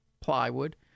plywood